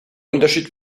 unterschied